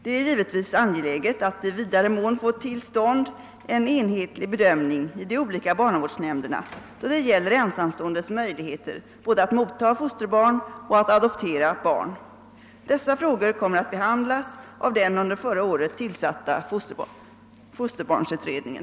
Det är givetvis angeläget att i vidare mån få till stånd en enhetlig bedömning i de olika barnavårdsnämnderna då det gäller ensamståendes möjligheter både att motta fosterbarn och att adoptera barn. Dessa frågor kommer att behandlas av den under förra året tillsatta fosterbarnsutredningen.